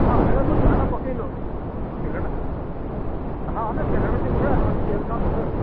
ହଁ ହେଲେ ମୁଁ ତେଲଟା ପକେଇ ତେଲଟା ହଁ ତେଲଟା ଟିକିଏ ପକେଇବି ଆଡ଼ଭାନ୍ସ ଦୁଇ ହଜାର ଟଙ୍କା ଦେବେ ଆଉ